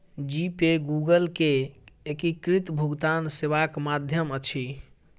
जी pay Google के एकीकृत भुगतान सेवाक माध्यम अछि